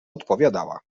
odpowiadała